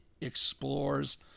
explores